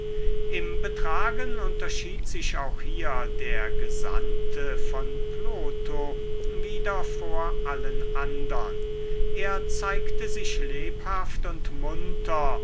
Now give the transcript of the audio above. im betragen unterschied sich auch hier der gesandte von plotho wieder vor allen andern er zeigte sich lebhaft und munter